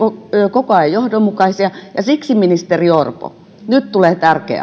koko ajan johdonmukaisia ja siksi ministeri orpo nyt tulee tärkeä